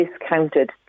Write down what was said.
discounted